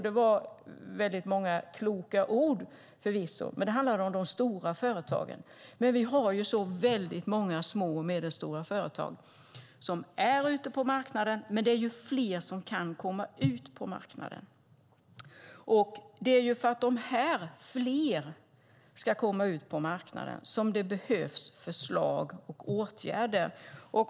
Det var förvisso väldigt många kloka ord, men det handlade om de stora företagen. Vi har så väldigt många små och medelstora företag som är ute på marknaden, men det är fler som kan komma ut på marknaden. Det är för att fler ska komma ut på marknaden som det behövs förslag och åtgärder.